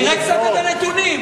נראה קצת את הנתונים.